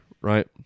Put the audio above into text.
Right